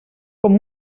com